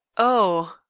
oh!